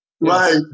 Right